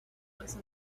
was